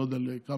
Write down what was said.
לא יודע כמה,